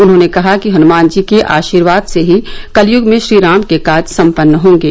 उन्होंने कहा कि हनुमानजी के आर्शवाद से ही कलयुग में श्रीराम के काज सम्पन्न होंगे